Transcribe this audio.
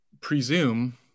presume